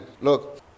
Look